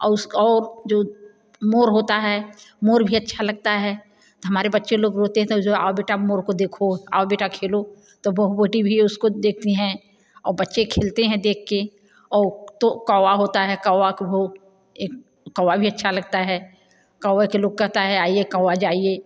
और उसका और जो मोर होता है मोर भी अच्छा लगता है हमारे बच्चे लोग रोते तो जो आओ बेटा मोर को देखो आओ बेटा खेलो तो बहु बेटी भी उसको देखती हैं और बच्चे खेलते हैं देख के और तो कौआ होता है कौआ को भो एक कौआ भी अच्छा लगता है कौआ के लोग कहता है आइए कौआ जाइए